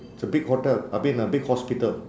it's a big hotel I mean a big hospital